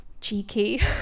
cheeky